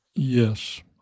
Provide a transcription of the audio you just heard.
Yes